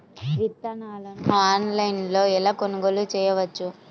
విత్తనాలను ఆన్లైనులో ఎలా కొనుగోలు చేయవచ్చు?